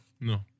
No